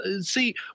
see